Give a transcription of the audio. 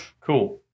cool